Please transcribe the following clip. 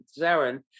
Zarin